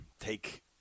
take